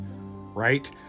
Right